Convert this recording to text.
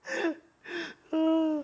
oh